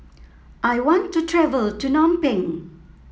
I want to travel to Phnom Penh